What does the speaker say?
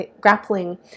grappling